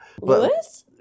Lewis